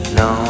no